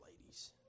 ladies